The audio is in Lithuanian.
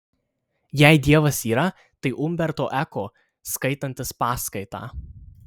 jei dievas yra tai umberto eko skaitantis paskaitą